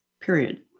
period